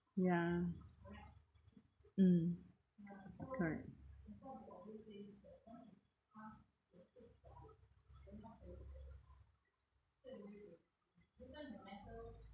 ya mm correct